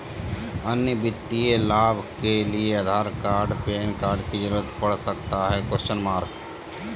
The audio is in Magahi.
अन्य वित्तीय लाभ के लिए आधार कार्ड पैन कार्ड की जरूरत पड़ सकता है?